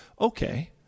okay